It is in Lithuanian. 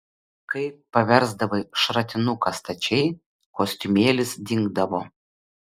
kai paversdavai šratinuką stačiai kostiumėlis dingdavo